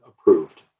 approved